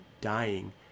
dying